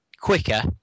quicker